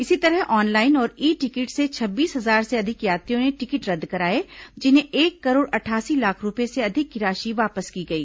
इसी तरह ऑनलाइन और ई टिकट से छब्बीस हजार से अधिक यात्रियों ने टिकट रद्द कराए जिन्हें एक करोड़ अठासी लाख रूपये से अधिक की राशि वापस की गई